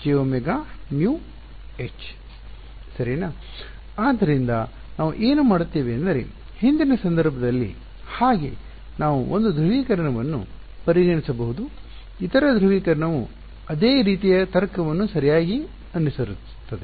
ಆದ್ದರಿಂದ ನಾವು ಏನು ಮಾಡುತ್ತೇವೆ ಎಂದರೆ ಹಿಂದಿನ ಸಂದರ್ಭದಲ್ಲಿ ಹಾಗೆ ನಾವು 1 ಧ್ರುವೀಕರಣವನ್ನು ಪರಿಗಣಿಸಬಹುದು ಇತರ ಧ್ರುವೀಕರಣವು ಅದೇ ರೀತಿಯ ತರ್ಕವನ್ನು ಸರಿಯಾಗಿ ಅನುಸರಿಸುತ್ತದೆ